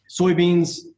soybeans